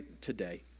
today